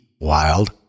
wild